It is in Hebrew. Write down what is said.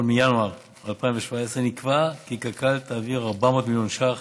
מינואר 2017 נקבע כי קק"ל תעביר 400 מיליון ש"ח